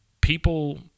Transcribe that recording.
people